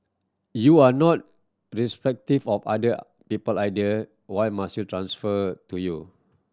U R not receptive of other people idea Y must transfer to you